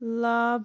لاب